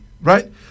Right